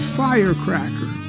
firecracker